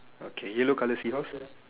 okay yellow color seahorse